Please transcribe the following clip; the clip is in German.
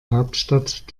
hauptstadt